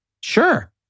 sure